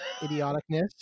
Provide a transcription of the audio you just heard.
idioticness